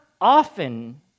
Often